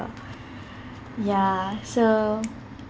ya so